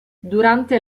durante